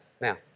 Now